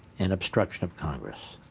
and obstruction of congress.